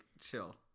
chill